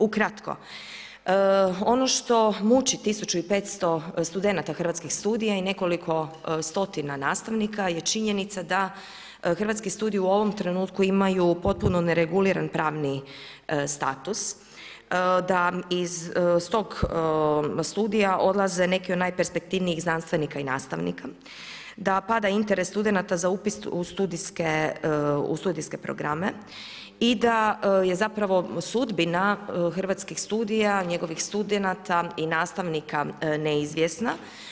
Ukratko, ono što muči 1 500 studenata Hrvatskih studija i nekoliko stotina nastavnika je činjenica da Hrvatski studiji u ovom trenutku imaju potpuno nereguliran pravni status, da iz tog studija odlaze neki od najperspektivnijih znanstvenika i nastavnika, da pada interes studenata za upis u studijske programe i da je zapravo sudbina hrvatskih studija, njegovih studenata i nastavnika neizvjesna.